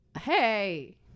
Hey